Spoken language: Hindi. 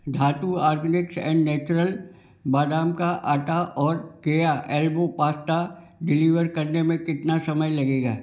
धातु आर्गनिक्स एंड नैचुरल बादाम का आटा और केया एल्बो पास्ता डिलीवर करने में कितना समय लगेगा